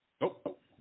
Nope